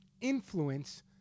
influence